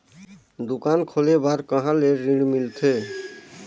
दुकान खोले बार कहा ले ऋण मिलथे?